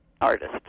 artist